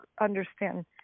understand